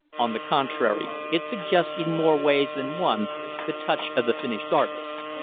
on the contrary, it suggests in more ways than one the touch of the finished artist.